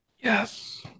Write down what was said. Yes